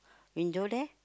window there